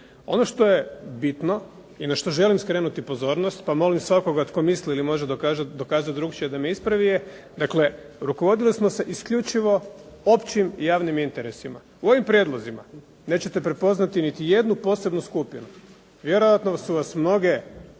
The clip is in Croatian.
Ono što je bitno i na što želim skrenuti pozornost, pa molim svakoga tko misli ili može dokazati drukčije da me ispravi je dakle, rukovodili smo se isključivo općim i javnim interesima. U ovim prijedlozima nećete prepoznati niti jednu posebnu skupinu. Vjerojatno su vas mnoge